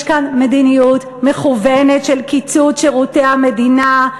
יש כאן מדיניות מכוונת של קיצוץ שירותי המדינה,